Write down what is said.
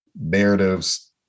narratives